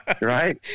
right